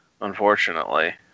unfortunately